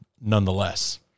nonetheless